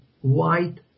white